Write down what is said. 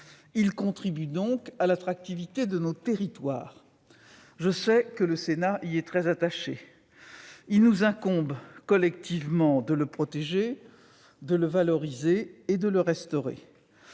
Il contribue ainsi à l'attractivité de nos territoires. Je sais que le Sénat est très attaché à ce patrimoine. Il nous incombe collectivement de le protéger, de le valoriser et de le restaurer.